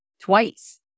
twice